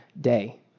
day